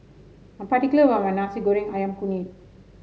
I'm particular about my Nasi Goreng ayam kunyit